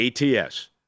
ATS